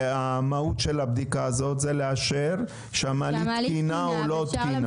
והמהות של הבדיקה הזאת היא לאשר שהמעלית תקינה או לא תקינה?